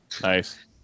Nice